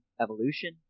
evolution